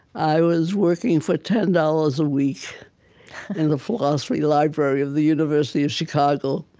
i was working for ten dollars a week in the philosophy library of the university of chicago.